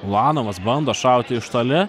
ulanovas bando šauti iš toli